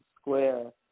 Square